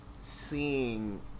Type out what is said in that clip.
Seeing